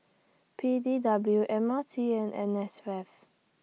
P D W M R T and N S F